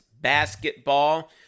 basketball